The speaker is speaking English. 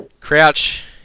Crouch